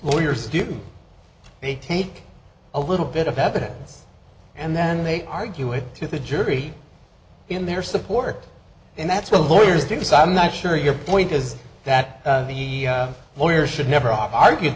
lawyers do they take a little bit of evidence and then they argue it to the jury in their support and that's what lawyers do so i'm not sure your point is that the lawyer should never argue